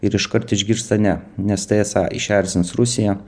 ir iškart išgirsta ne nes tai esą išerzins rusiją